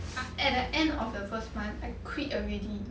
at the end of the first month I quit already